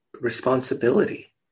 responsibility